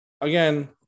again